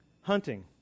hunting